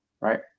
right